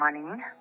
money